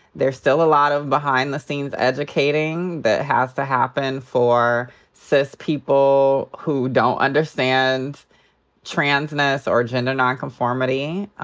there's still a lot of behind-the-scenes educating that has to happen for cis people who don't understand transness or gender nonconformity.